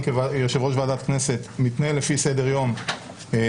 אני כיושב-ראש ועדת הכנסת מתנהל לפי סדר יום לאומי,